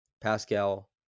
Pascal